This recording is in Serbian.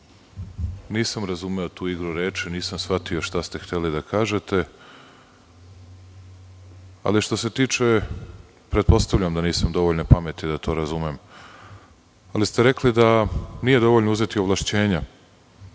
nisam razumeo tu igru reči, nisam shvatio šta ste hteli da kažete. Pretpostavljam da nisam dovoljno pametan da to razumem. Rekli ste i da nije dovoljno uzeti ovlašćenja,